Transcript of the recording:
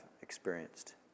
experienced